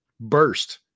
burst